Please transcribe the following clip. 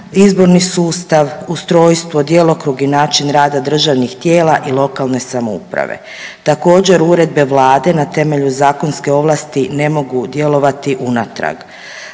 izborni sustav, ustrojstvo, djelokrug i način rada državnih tijela i lokalne samouprave. Također uredbe Vlade na temelju zakonske ovlasti ne mogu djelovati unatrag.